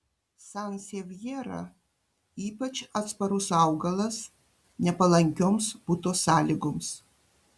sansevjera ypač atsparus augalas nepalankioms buto sąlygoms